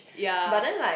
ya